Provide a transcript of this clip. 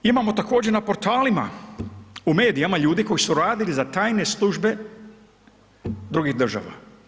Imamo također na portalima, u medijima ljudi koji su radili za tajne službe drugih država.